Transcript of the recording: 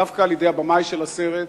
דווקא על-ידי הבמאי של הסרט,